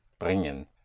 bringen